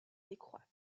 décroître